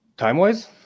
Time-wise